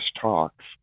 talks